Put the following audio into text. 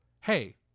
hey